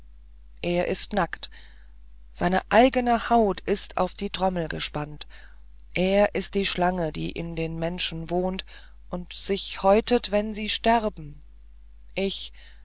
er ist nackt seine eigene haut ist auf die trommel gespannt er ist die schlange die in den menschen wohnt und sich häutet wenn sie sterben ich